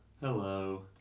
Hello